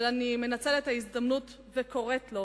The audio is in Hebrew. אבל אני מנצלת את ההזדמנות וקוראת לו